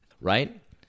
Right